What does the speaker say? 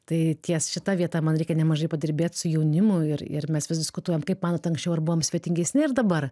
tai ties šita vieta man reikia nemažai padirbėt su jaunimu ir ir mes vis diskutuojam kaip manot anksčiau ar buvom svetingesni ar dabar